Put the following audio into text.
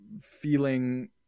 feeling